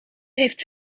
heeft